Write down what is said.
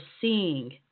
seeing